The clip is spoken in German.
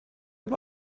dem